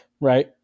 Right